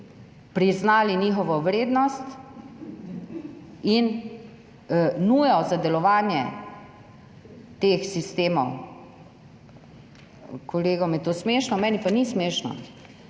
priznali njihovo vrednost in nujo za delovanje teh sistemov. Kolegom je to smešno, meni pa ni smešno.